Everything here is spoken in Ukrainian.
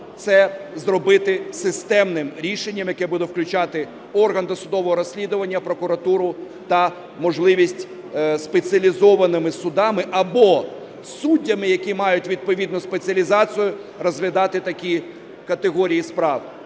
це зробити системним рішенням, яке буде включати орган досудового розслідування, прокуратуру та можливість спеціалізованими судами або суддями, які мають відповідну спеціалізацію, розглядати такі категорії справ.